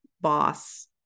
boss